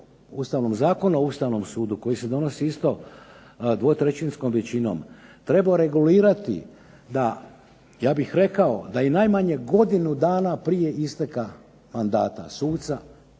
Ustavnom zakonu o Ustavnom sudu koji se donosi isto dvotrećinskom većinom. Treba regulirati, ja bih rekao da najmanje godinu dana prije isteka mandata suca